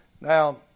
Now